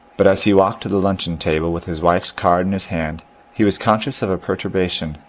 but as he walked to the luncheon-table with his wife's card in his hand he was conscious of a perturbation,